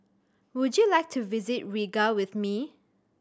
would you like to visit Riga with me